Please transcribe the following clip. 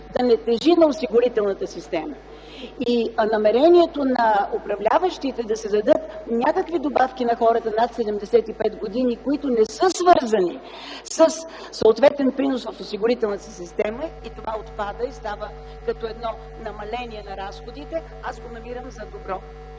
да не тежи на осигурителната система и намерението на управляващите да се дадат някакви добавки на хората над 75 години, които не са свързани със съответен принос в осигурителната система – и това отпада и става като едно намаление на разходите, аз го намирам за добро.